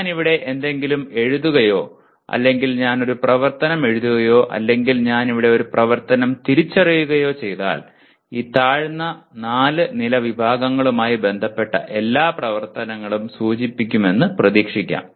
ഞാൻ ഇവിടെ എന്തെങ്കിലും എഴുതുകയോ അല്ലെങ്കിൽ ഞാൻ ഒരു പ്രവർത്തനം എഴുതുകയോ അല്ലെങ്കിൽ ഞാൻ ഇവിടെ ഒരു പ്രവർത്തനം തിരിച്ചറിയുകയോ ചെയ്താൽ ഈ താഴ്ന്ന നാല് നില വിഭാഗങ്ങളുമായി ബന്ധപ്പെട്ട എല്ലാ പ്രവർത്തനങ്ങളും സൂചിപ്പിക്കുമെന്ന് പ്രതീക്ഷിക്കാം